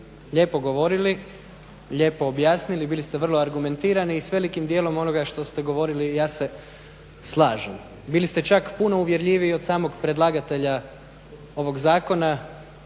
lijepo govorili, lijepo objasnili, bili ste vrlo argumentirani i s velikim dijelom onoga što ste govorili ja se slažem. Bili ste čak puno uvjerljiviji od samog predlagatelja ovog zakona